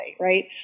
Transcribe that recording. Right